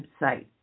website